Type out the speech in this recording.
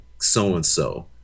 so-and-so